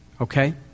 Okay